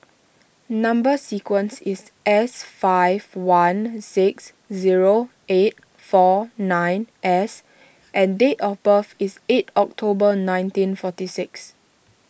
Number Sequence is S five one six zero eight four nine S and date of birth is eight October nineteen forty six